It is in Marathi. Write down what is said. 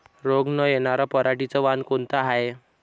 रोग न येनार पराटीचं वान कोनतं हाये?